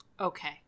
Okay